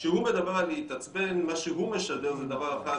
כשהוא מדבר על להתעצבן מה שהוא משדר זה דבר אחד,